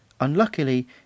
unluckily